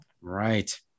right